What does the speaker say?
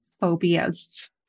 phobias